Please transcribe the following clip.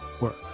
work